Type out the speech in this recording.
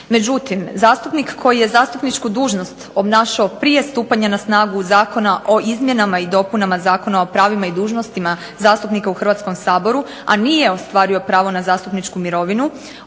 Međutim, zastupnik koji je zastupničku dužnost obnašao prije stupanja na snagu Zakona o izmjenama i dopunama Zakona o pravima i dužnostima zastupnika u Hrvatskom saboru, a nije ostvario pravo na zastupničku mirovinu